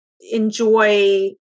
enjoy